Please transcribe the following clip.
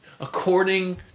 according